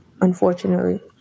unfortunately